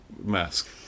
mask